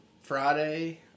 Friday